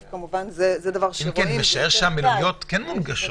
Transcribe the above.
משער שהמלוניות מונגשות.